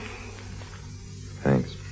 Thanks